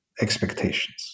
expectations